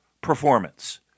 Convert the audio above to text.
performance